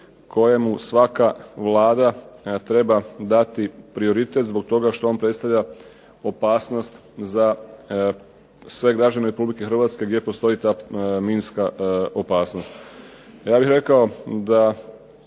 kojemu svaka Vlada treba dati prioritet, zbog toga što on predstavlja opasnost za sve građane Republike Hrvatske gdje postoji ta minska opasnost. Ja bih rekao da